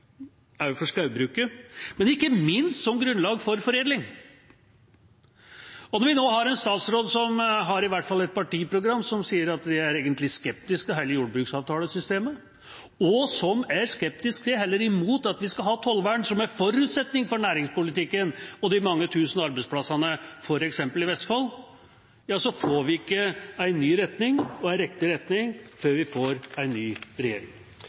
for skogbruket, men ikke minst som grunnlag for foredling. Når vi nå har en statsråd som i hvert fall har et partiprogram som sier at en egentlig er skeptisk til hele jordbruksavtalesystemet, og som er skeptisk til eller imot at vi skal ha tollvern, som er en forutsetning for næringspolitikken og de mange tusen arbeidsplassene i f.eks. Vestfold, ja, så får vi ikke en ny og riktig retning før vi får en ny regjering.